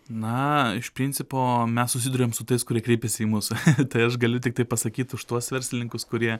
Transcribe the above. na iš principo mes susiduriam su tais kurie kreipiasi į mus tai aš galiu tiktai pasakyt už tuos verslininkus kurie